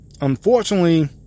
unfortunately